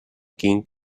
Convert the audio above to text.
king